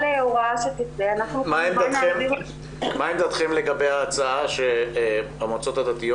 מה עמדתכם לגבי ההצעה שהמועצות הדתיות